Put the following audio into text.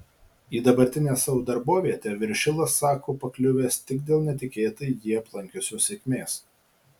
į dabartinę savo darbovietę viršilas sako pakliuvęs tik dėl netikėtai jį aplankiusios sėkmės